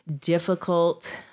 difficult